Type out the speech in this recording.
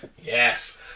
Yes